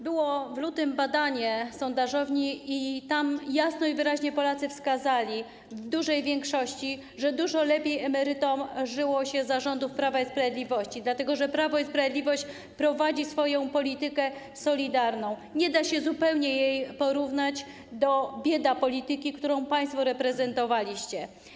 Było w lutym badanie sondażowni i tam jasno i wyraźnie Polacy w dużej większości wskazali, że dużo lepiej emerytom żyło się za rządów Prawa i Sprawiedliwości, dlatego że Prawo i Sprawiedliwość prowadzi swoją politykę solidarną, zupełnie nie da się jej porównać do biedapolityki, którą państwo prowadziliście.